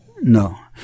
No